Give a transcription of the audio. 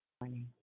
morning